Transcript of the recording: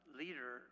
leader